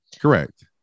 Correct